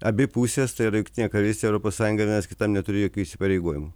abi pusės tai yra jungtinė karalystė ir europos sąjunga vienas kitam neturi jokių įsipareigojimų